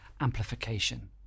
amplification